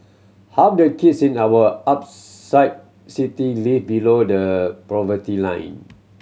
half the kids in our upside city live below the poverty line